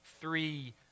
three